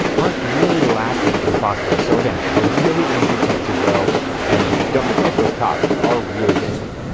aren't really lacking in phosphorus. so again, a really easy plant to grow and don't neglect those tops, they are really tasty.